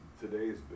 today's